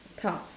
task